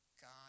God